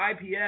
IPS